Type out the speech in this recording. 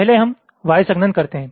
पहले हम Y संघनन करते हैं